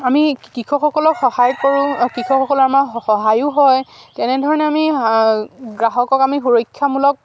আমি কৃষকসকলক সহায় কৰোঁ কৃষকসকলৰ আমাৰ সহায়ো হয় তেনেধৰণে আমি গ্ৰাহকক আমি সুৰক্ষামূলক